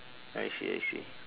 I see I see